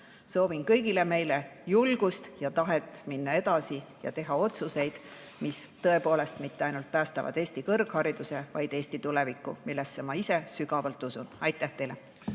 Soovin kõigile meile julgust ja tahet minna edasi ja teha otsuseid, mis tõepoolest mitte ainult et päästavad Eesti kõrghariduse, vaid ka Eesti tuleviku, millesse ma ise sügavalt usun. Aitäh teile!